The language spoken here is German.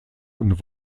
und